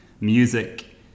music